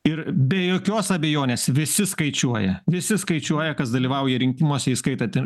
ir be jokios abejonės visi skaičiuoja visi skaičiuoja kas dalyvauja rinkimuose įskaitant ir